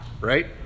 right